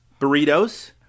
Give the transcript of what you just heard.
Burritos